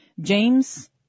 James